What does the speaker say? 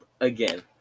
again